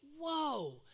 whoa